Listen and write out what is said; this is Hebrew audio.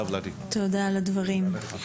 תודה רבה לחבר הכנסת